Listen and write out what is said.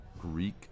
Greek